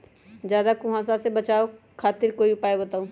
ज्यादा कुहासा से बचाव खातिर कोई उपाय बताऊ?